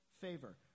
favor